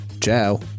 Ciao